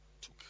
took